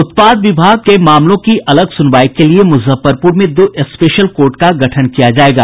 उत्पाद विभाग के मामलों की अलग सुनवाई के लिए मुजफ्फरपुर में दो स्पेशल कोर्ट का गठन किया जायेगा